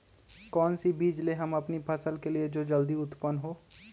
कौन सी बीज ले हम अपनी फसल के लिए जो जल्दी उत्पन हो?